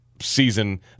Season